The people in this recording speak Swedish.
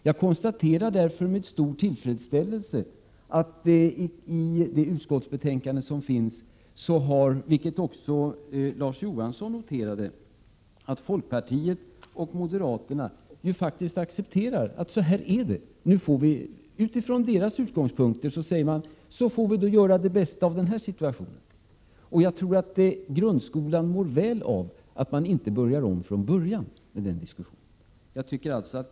Jag konstaterar därför med stor tillfredsställelse att det av betänkandet framgår — vilket också Larz Johansson noterat — att folkpartiet och moderata samlingspartiet faktiskt accepterar att så här är det och att man nu får göra det bästa av situationen sådan den är. Jag tror att grundskolan mår väl av att man inte börjar om från början med den diskussionen.